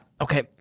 Okay